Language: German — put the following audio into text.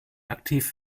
aktiv